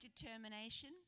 determination